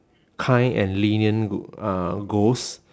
kind and lenient uh ghost